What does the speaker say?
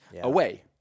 away